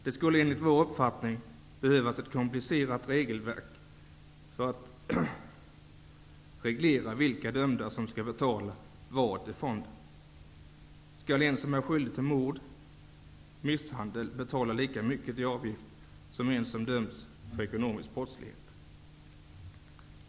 Det skulle enligt vår uppfattning behövas ett komplicerat regelverk för att fastställa vilka dömda som skall betala vad till fonden. Skall en som är skyldig till mord eller misshandel betala lika mycket i avgift som en som dömts för ekonomisk brottslighet?